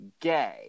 gay